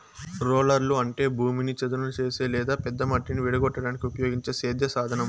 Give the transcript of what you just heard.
రోలర్లు అంటే భూమిని చదును చేసే లేదా పెద్ద మట్టిని విడగొట్టడానికి ఉపయోగించే సేద్య సాధనం